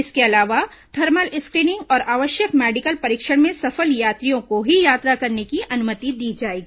इसके अलावा thermal screening और आवश्यक मेडिकल परीक्षण में सफल यात्रियों को ही यात्रा करने की अनुमति दी जाएगी